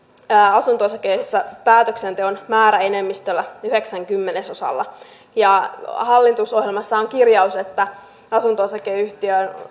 asunto osakeyhtiöissä päätöksenteon määräenemmistöllä yhdeksällä kymmenesosalla hallitusohjelmassa on kirjaus että asunto osakeyhtiön